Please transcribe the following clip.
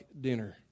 dinner